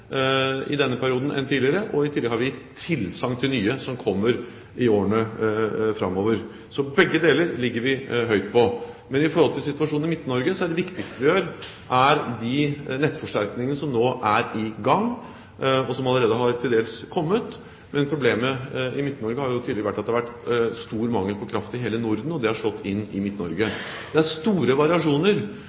i denne perioden enn tidligere, og i tillegg har vi gitt tilsagn om nye som kommer i årene framover – begge deler ligger vi høyt på. Når det gjelder situasjonen i Midt-Norge, er det viktigste vi gjør, de nettforsterkningene som nå er i gang, og som allerede til dels har kommet. Men problemet i Midt-Norge har jo i tillegg vært at det har vært stor mangel på kraft i hele Norden, og det har slått inn i Midt-Norge. Det er store variasjoner,